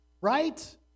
right